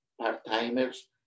part-timers